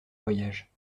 voyage